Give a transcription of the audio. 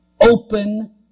open